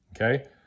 Okay